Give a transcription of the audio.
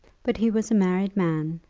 but he was a married man,